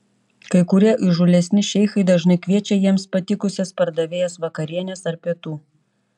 kai kurie įžūlesni šeichai dažnai kviečia jiems patikusias pardavėjas vakarienės ar pietų